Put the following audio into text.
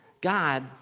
God